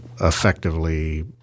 effectively